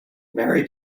mary